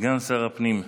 לסגן שר הפנים.